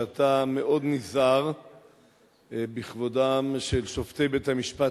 שאתה מאוד נזהר בכבודם של שופטי בית-המשפט